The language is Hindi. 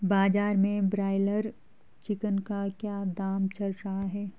बाजार में ब्रायलर चिकन का क्या दाम चल रहा है?